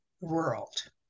world